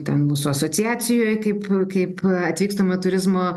ten mūsų asociacijoj kaip kaip atvykstamojo turizmo